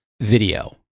video